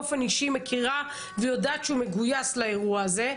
באופן אישי ויודעת שהוא מגויס לאירוע הזה.